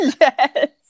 Yes